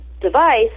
device